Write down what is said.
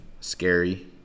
scary